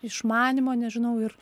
išmanymo nežinau ir